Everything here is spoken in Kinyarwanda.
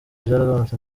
byaragabanutse